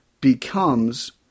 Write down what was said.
becomes